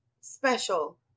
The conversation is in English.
special